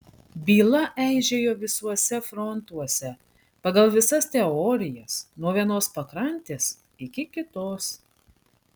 byla eižėjo visuose frontuose pagal visas teorijas nuo vienos pakrantės iki kitos